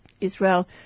Israel